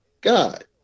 God